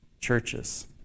churches